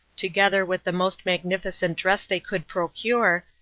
together with the most magnificent dress they could procure,